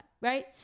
Right